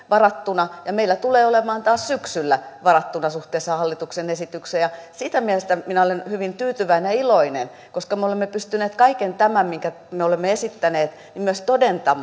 varattuna ja meillä tulee olemaan taas syksyllä varattuna suhteessa hallituksen esitykseen siinä mielessä minä olen hyvin tyytyväinen ja iloinen koska me olemme pystyneet kaiken tämän osalta minkä me olemme esittäneet myös todentamaan